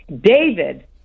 David